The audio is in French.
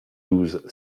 douze